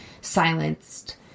silenced